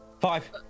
Five